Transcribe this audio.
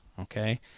okay